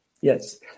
Yes